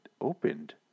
opened